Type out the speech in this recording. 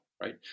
right